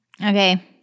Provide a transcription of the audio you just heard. Okay